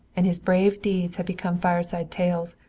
and his brave deeds had become fireside tales,